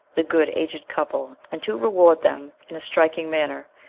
the good aged couple, and to reward them in a striking manner.